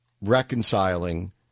reconciling